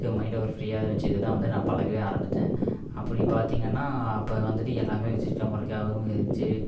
சரி மைண்டு ஒரு ஃபிரீயாகவே வச்சிக்கிட்டு தான் வந்து நான் பழகவே ஆரம்பித்தேன் அப்படி பார்த்திங்கன்னா அப்போது வந்துவிட்டு எல்லாமே சிஸ்டம் ஒர்க்கு அதுவும் இருந்துச்சு